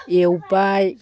एवबाय